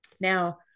Now